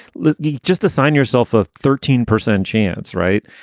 lukey, just assign yourself a thirteen percent chance, right?